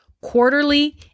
Quarterly